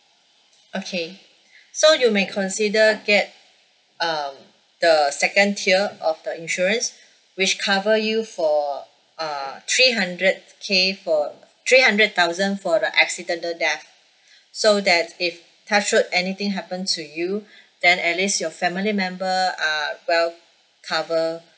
okay so you may consider get err the second tier of the insurance which cover you for err three hundred K for three hundred thousand for the accidental death so that if touchwood anything happen to you then at least your family member are well cover